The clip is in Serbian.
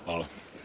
Hvala.